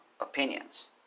opinions